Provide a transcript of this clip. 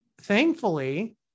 thankfully